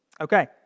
Okay